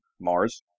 Mars